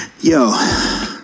Yo